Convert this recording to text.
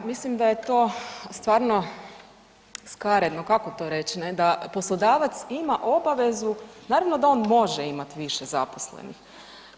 Pa da, mislim da je to stvarno skaredno kako to reći ne, da poslodavac ima obavezu, naravno da on može imati više zaposlenih